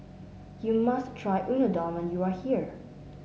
you must try Unadon when you are here